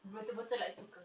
betul betul like suka